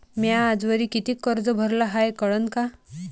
म्या आजवरी कितीक कर्ज भरलं हाय कळन का?